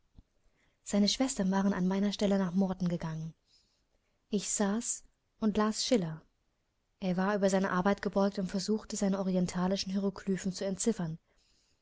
seine schwestern waren an meiner stelle nach morton gegangen ich saß und las schiller er war über seine arbeit gebeugt und versuchte seine orientalischen hieroglyphen zu entziffern